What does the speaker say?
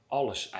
alles